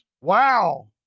Wow